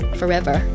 forever